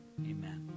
amen